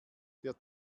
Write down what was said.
der